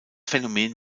phänomen